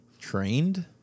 Trained